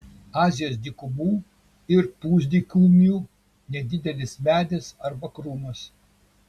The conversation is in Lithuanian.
azijos dykumų ir pusdykumių nedidelis medis arba krūmas